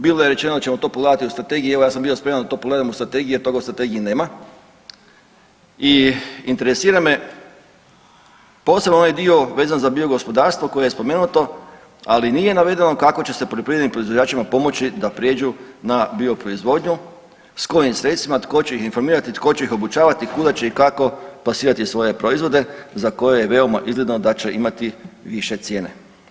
Bilo je rečeno da ćemo to pogledati u strategiji, evo ja sam bio spreman da to pogledam u strategiji, a toga u strategiji nema i interesira me posebno onaj dio vezano za bio gospodarstvo koje je spomenuto, ali nije navedeno kako će se poljoprivrednim proizvođačima pomoći da prijeđu na bio proizvodnju, s kojim sredstvima, tko će ih informirati, tko će ih obučavati, kuda će i kako plasirati svoje proizvode za koje je veoma izgledno da će imati više cijene.